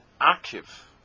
active